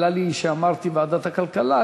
עלה לי שאמרתי ועדת הכלכלה,